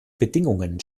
bedingungen